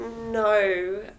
no